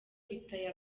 biteye